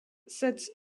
sets